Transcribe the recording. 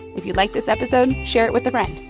if you liked this episode, share it with a friend.